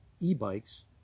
e-bikes